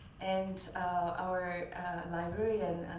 and our librarian,